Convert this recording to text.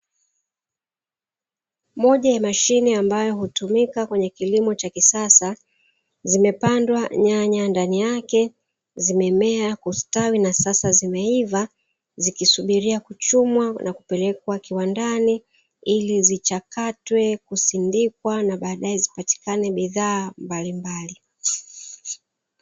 Moja ya mashine ambayo hutumika kwenye kilimo cha kisasa, zimepandwa nyanya ndani yake, zimemea kusatawi na sasa zimeiva, zikisubiria kuchumwa na kupelekwa kiwandani, ili zichakatwe, kusindikwa na baadae zipatikane bidhaa mbalimbali.